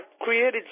created